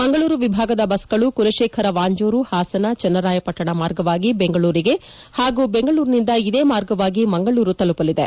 ಮಂಗಳೂರು ವಿಭಾಗದ ಬಸ್ಗಳು ಕುಲಶೇಖರ ವಾಮಂಜೂರು ಹಾಸನ ಚನ್ನ ರಾಯಪಟ್ಟಣ ಮಾರ್ಗವಾಗಿ ಬೆಂಗಳೂರಿಗೆ ಹಾಗೂ ಬೆಂಗಳೂರಿನಿಂದ ಇದೇ ಮಾರ್ಗವಾಗಿ ಮಂಗಳೂರು ತಲುಪಲಿದೆ